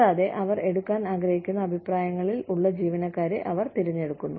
കൂടാതെ അവർ എടുക്കാൻ ആഗ്രഹിക്കുന്ന അഭിപ്രായങ്ങളിൽ ഉള്ള ജീവനക്കാരെ അവർ തിരഞ്ഞെടുക്കുന്നു